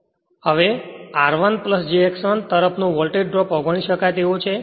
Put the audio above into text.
હવે તેથી R1 j X1 તરફનો વોલ્ટેજ ડ્રોપ અવગણી શકાય તેવો છે